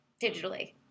digitally